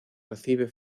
recibe